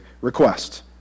request